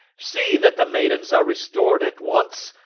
see that the maidens are restored at once,